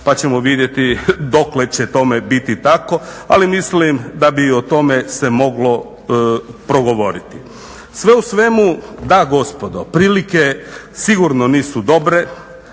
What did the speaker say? pa ćemo vidjeti dokle će tome biti tako, ali mislim da bi se o tome moglo progovoriti. Sve u svemu, da gospodo, prilike sigurno nisu dobre.